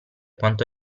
quanto